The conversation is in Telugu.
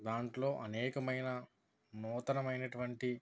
దాంట్లో అనేకమైన నూతనమైనటువంటి